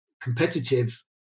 competitive